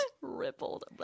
Rippled